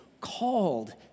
called